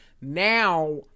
Now